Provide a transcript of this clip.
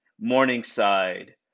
Morningside